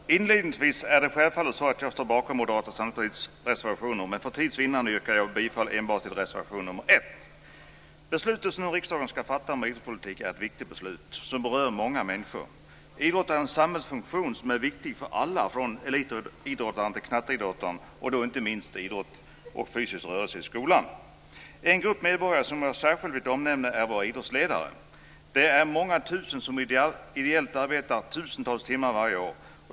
Fru talman! Inledningsvis vill jag säga att det är självklart att jag står bakom alla Moderata samlingspartiets reservationer, men för tids vinnande yrkar jag bifall till enbart reservation 1. Beslutet som riksdagen nu ska fatta om idrottspolitik är ett viktigt beslut som berör många människor. Idrott är en samhällsfunktion som är viktig för alla, från elitidrottaren till knatteidrottaren. Detta gäller inte minst idrott och fysisk rörelse i skolan. En grupp medborgare som jag särskilt vill omnämna är våra idrottsledare. Det är många tusen personer som arbetar ideellt tusentals timmar varje år.